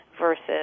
versus